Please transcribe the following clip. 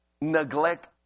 neglect